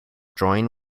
join